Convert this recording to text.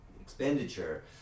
expenditure